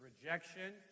rejection